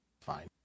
fine